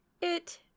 It